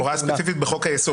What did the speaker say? הוראה ספציפית בחוק-היסוד.